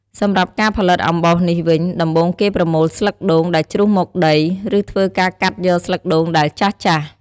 សម្រាប់ការផលិតអំបោសនេះវិញ ដំបូងគេប្រមូលស្លឹកដូង ដែលជ្រុះមកដី ឬធ្វើការកាត់យកស្លឹកដូងដែលចាស់ៗ។